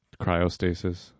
Cryostasis